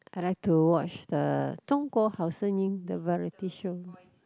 I like to watch the 中国好声音:Zhong Guo Hao Sheng Yin the variety show